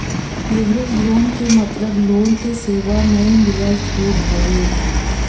leverage loan क मतलब loan क सेवा म मिलल छूट हउवे